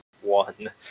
one